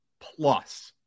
plus